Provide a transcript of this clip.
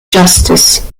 justice